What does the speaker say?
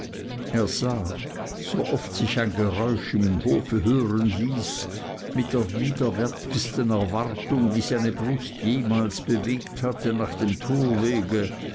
er sah sooft sich ein geräusch im hofe hören ließ mit der widerwärtigsten erwartung die seine brust jemals bewegt hatte nach dem torwege